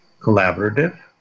Collaborative